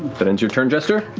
but ends your turn, jester.